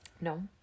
No